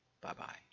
bye-bye